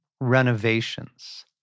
renovations